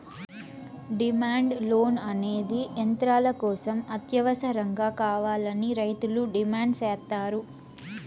demand loan అనేది యంత్రాల కోసం అత్యవసరంగా కావాలని రైతులు డిమాండ్ సేత్తారు